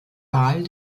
wahl